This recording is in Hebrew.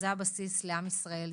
זה הבסיס לעם ישראל,